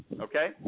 Okay